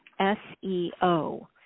SEO